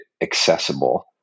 accessible